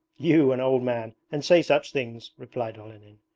you, an old man and say such things replied olenin.